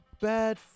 bad